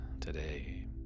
today